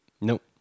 Nope